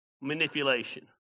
Manipulation